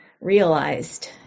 realized